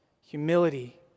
Humility